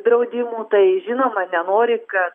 draudimų tai žinoma nenori kad